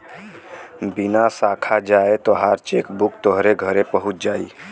बिना साखा जाए तोहार चेकबुक तोहरे घरे पहुच जाई